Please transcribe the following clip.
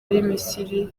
misiri